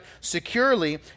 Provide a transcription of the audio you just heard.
securely